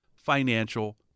Financial